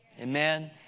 amen